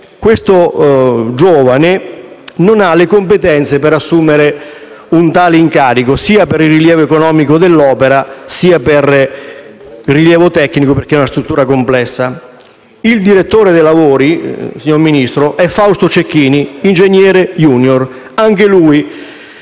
Questo giovane non ha le competenze per assumere un tale incarico, sia per il rilievo economico dell'opera, sia per il rilievo tecnico, perché si tratta di una struttura complessa. Il direttore dei lavori, signor Vice Ministro, è Fausto Cecchini, ingegnere *junior*: anche lui